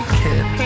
kid